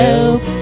Help